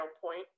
point